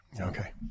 Okay